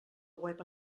web